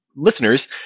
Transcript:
Listeners